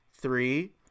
three